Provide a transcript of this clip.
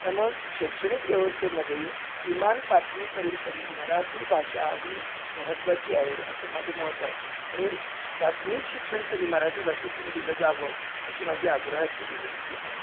त्यामुळं शैक्षणिक व्यवस्थेमध्ये किमान पाचवीपर्यंत तरी मराठी भाषा ही महत्त्वाची आहे असं माझं मत आहे आणि प्राथमिक शिक्षण तरी मराठी भाषेतून दिलं जावं अशी माझी आग्रहाची विनंती आहे